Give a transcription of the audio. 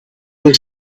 with